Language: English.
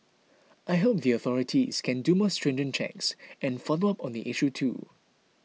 I hope the authorities can do more stringent checks and follow up on the issue too